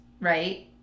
right